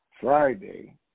Friday